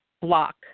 block